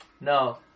No